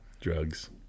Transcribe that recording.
Drugs